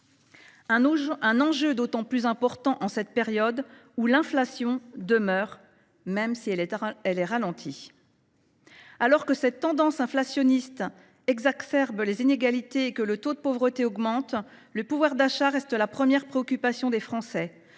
enjeu d’autant plus important en cette période où l’inflation reste élevée – même si elle ralentit. Alors que cette tendance inflationniste exacerbe les inégalités et que le taux de pauvreté augmente, le pouvoir d’achat reste la première préoccupation des Français.